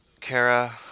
Kara